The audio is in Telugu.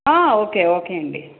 ఓకే ఓకే అండి